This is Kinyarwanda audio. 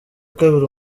kabiri